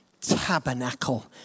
tabernacle